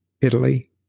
Italy